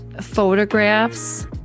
photographs